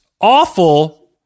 awful